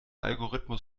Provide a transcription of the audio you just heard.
algorithmus